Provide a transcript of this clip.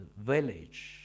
village